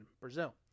Brazil